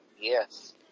Yes